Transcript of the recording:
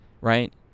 right